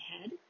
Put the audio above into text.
head